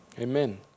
Amen